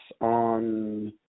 on